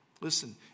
listen